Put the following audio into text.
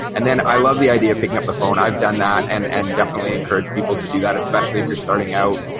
and then i love the idea of picking up the phone, i've done that and and definitely encourage people to do that especially if you're starting out,